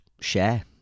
share